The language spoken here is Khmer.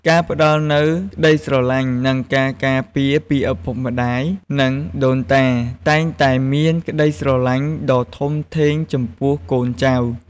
ការផ្តល់នូវក្តីស្រឡាញ់ និងការការពារពីឪពុកម្តាយ និងដូនតា តែងតែមានក្តីស្រឡាញ់ដ៏ធំធេងចំពោះកូនចៅ។